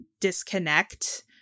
disconnect